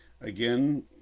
Again